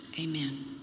Amen